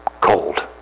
cold